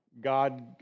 God